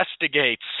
investigates